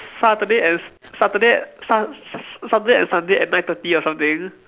Saturday and s~ Saturday Sun~ s~ s~ Saturday and Sunday at nine thirty or something